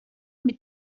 mit